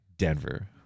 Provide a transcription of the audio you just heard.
denver